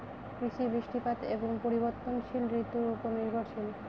কৃষি বৃষ্টিপাত এবং পরিবর্তনশীল ঋতুর উপর নির্ভরশীল